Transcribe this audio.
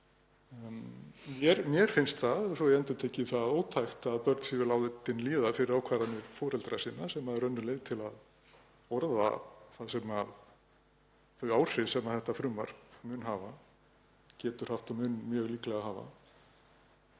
Mér finnst það, svo ég endurtaki það, ótækt að börn séu látin líða fyrir ákvarðanir foreldra sinna, sem er önnur leið til að forðast þau áhrif sem þetta frumvarp mun hafa, getur haft og mun mjög líklega hafa.